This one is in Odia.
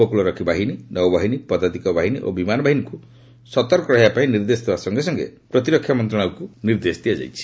ଉପକୂଳରକ୍ଷୀ ବାହିନୀ ନୌବାହିନୀ ପଦାତିକ ବାହିନୀ ଓ ବିମାନ ବାହିନୀକୁ ସତର୍କ ରହିବା ପାଇଁ ନିର୍ଦ୍ଦେଶ ଦେବା ସକାଶେ ପପ୍ରତିରକ୍ଷା ମନ୍ତ୍ରଣାଳୟକ୍ତ କୃହାଯାଇଛି